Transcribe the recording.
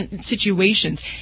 situations